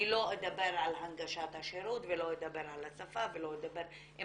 אני לא אדבר על הנגשת השירות ולא אדבר על השפה ולא אדבר עם